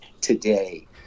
today